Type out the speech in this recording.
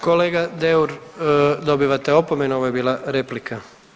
Kolega Deur dobivate opomenu, ovo je bila replika.